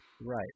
right